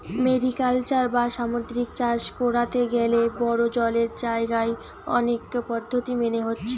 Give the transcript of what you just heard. mariculture বা সামুদ্রিক চাষ কোরতে গ্যালে বড়ো জলের জাগায় অনেক পদ্ধোতি মেনে হচ্ছে